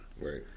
Right